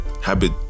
habit